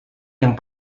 yang